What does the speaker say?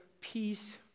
Peace